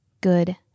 good